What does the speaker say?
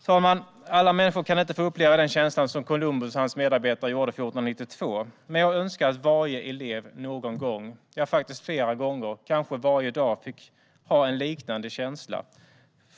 Herr talman! Alla människor kan inte få uppleva den känsla som Columbus och hans medarbetare hade 1492, men jag önskar att varje elev någon gång - ja, faktiskt flera gånger, kanske varje dag - fick ha en liknande känsla. Det